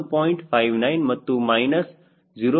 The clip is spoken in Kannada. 59 ಮತ್ತು ಮೈನಸ್ 0